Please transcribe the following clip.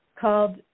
called